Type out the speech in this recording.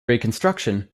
reconstruction